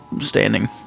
standing